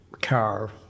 car